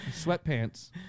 sweatpants